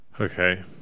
Okay